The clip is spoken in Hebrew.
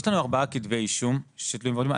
יש לנו ארבעה כתבי אישום שתלויים ועומדים.